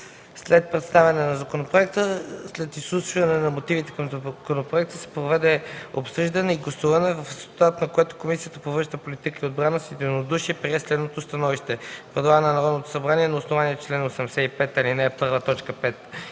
След представяне на законопроекта, след изслушване на мотивите към законопроекта се проведе осъждане и гласуване, в резултат на което Комисията по външна политика и отбрана с единодушие прие следното становище: Предлага на Народното събрание на основание чл. 85, ал. 1,